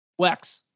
Wex